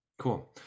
Cool